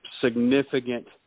significant